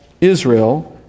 Israel